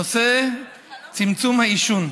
נושא צמצום העישון.